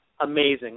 amazing